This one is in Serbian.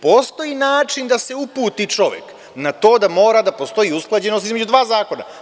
Postoji način da se uputi čovek na to da mora da postoji usklađenost između dva zakona.